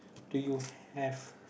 do you have